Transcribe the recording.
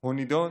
הוא נידון